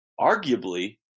arguably